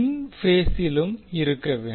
இன் பேசிலும் இருக்க வேண்டும்